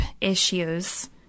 issues